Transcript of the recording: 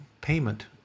payment